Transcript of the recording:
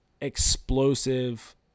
explosive